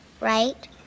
right